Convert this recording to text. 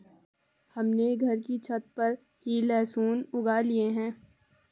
हमने घर की छत पर ही लहसुन उगा लिए हैं